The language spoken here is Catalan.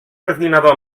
ordinador